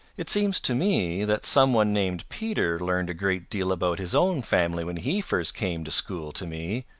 it seems to me that some one named peter learned a great deal about his own family when he first came to school to me,